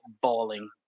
bawling